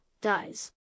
dies